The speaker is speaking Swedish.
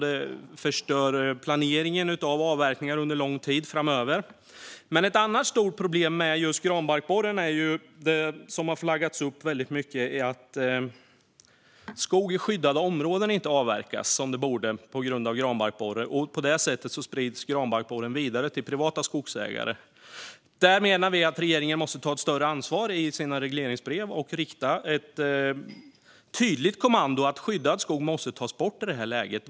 Det förstör dessutom planeringen av avverkningar under lång tid framöver. Ett annat stort problem med just granbarkborren som har flaggats upp väldigt mycket är att skog i skyddade områden inte avverkas som den borde på grund av granbarkborren. På det sättet sprids granbarkborren vidare till privata skogsägare. Där menar vi att regeringen måste ta ett större ansvar i sina regleringsbrev och rikta ett tydligt kommando om att skyddad skog måste tas bort i detta läge.